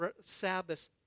Sabbath